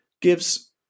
gives